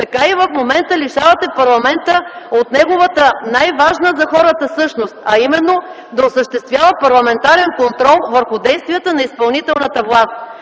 така и в момента лишавате парламента от неговата най-важна за хората същност, а именно да осъществява парламентарен контрол върху действията на изпълнителната власт,